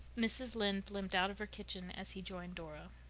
mrs. lynde limped out of her kitchen as he joined dora.